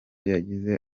yagize